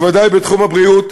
בוודאי בתחום הבריאות,